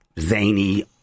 zany